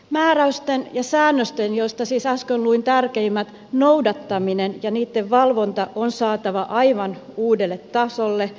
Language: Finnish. neljänneksi määräysten ja säännösten joista siis äsken luin tärkeimmät noudattaminen ja niitten valvonta on saatava aivan uudelle tasolle